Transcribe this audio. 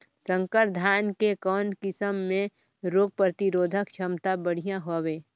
संकर धान के कौन किसम मे रोग प्रतिरोधक क्षमता बढ़िया हवे?